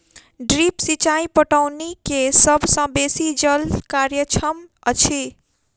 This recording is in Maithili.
ड्रिप सिचाई पटौनी के सभ सॅ बेसी जल कार्यक्षम अछि